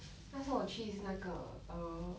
那时我去是那个 err